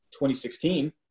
2016